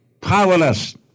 powerless